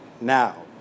now